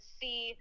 see